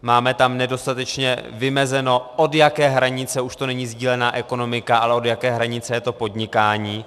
Máme tam nedostatečně vymezeno, od jaké hranice už to není sdílená ekonomika, ale od jaké hranice je to podnikání.